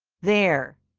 there,